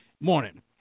morning